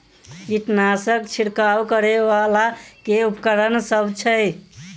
कीटनासक छिरकाब करै वला केँ उपकरण सब छै?